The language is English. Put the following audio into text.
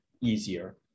easier